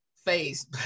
face